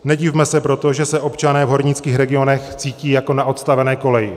Nedivme se proto, že se občané v hornických regionech cítí jako na odstavné koleji.